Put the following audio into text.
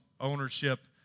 ownership